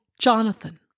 Jonathan